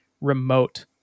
remote